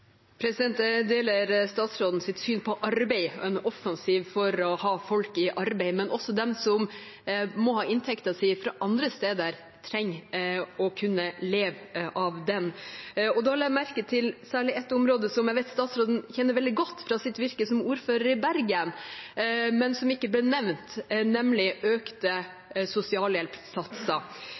Jeg deler statsrådens syn på arbeid og om en offensiv for å ha folk i arbeid, men også de som må ha inntekten sin fra andre steder, må kunne leve av den inntekten. Jeg la merke til særlig ett område som jeg vet statsråden kjenner veldig godt fra sitt virke som ordfører i Bergen, men som ikke ble nevnt, nemlig økte sosialhjelpssatser.